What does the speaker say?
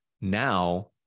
now